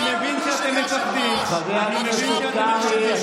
חבר הכנסת קרעי,